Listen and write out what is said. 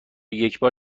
یکبار